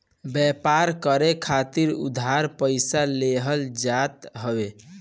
व्यापार करे खातिर उधार पईसा लेहल जात हवे